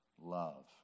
love